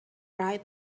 right